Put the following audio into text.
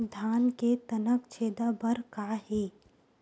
धान के तनक छेदा बर का हे?